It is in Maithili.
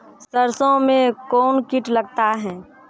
सरसों मे कौन कीट लगता हैं?